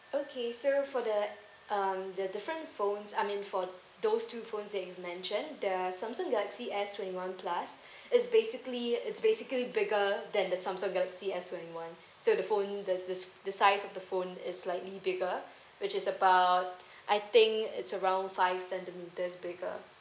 okay so for the um the different phones I mean for those two phones that you've mentioned their samsung galaxy S twenty one plus it's basically it's basically bigger than the samsung galaxy S twenty one so the phone the the~ the size of the phone is slightly bigger which is about I think it's around five centimeters bigger